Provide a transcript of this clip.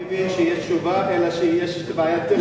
אני מבין שיש תשובה אלא שיש בעיה טכנית.